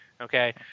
okay